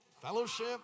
fellowship